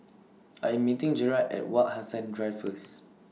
I'm meeting Jerad At Wak Hassan Drive First